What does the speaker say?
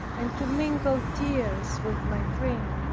and to mingle tears with my drink.